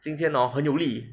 今天 hor 很有力